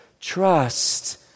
Trust